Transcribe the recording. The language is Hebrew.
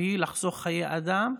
שהיא לחסוך חיי אדם,